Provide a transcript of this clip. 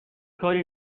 کاری